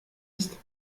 ist